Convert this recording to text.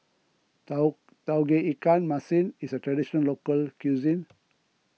Tauge Ikan Masin is a Traditional Local Cuisine